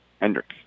Hendricks